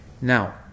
Now